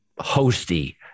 hosty